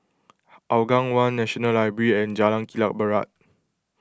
Hougang one National Library and Jalan Kilang Barat